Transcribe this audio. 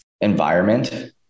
environment